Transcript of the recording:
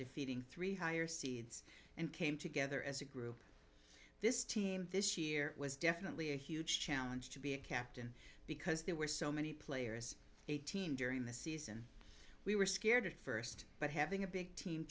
defeating three higher seeds and came together as a group this team this year was definitely a huge challenge to be a captain because there were so many players eighteen during the season we were scared at first but having a big team